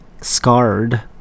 scarred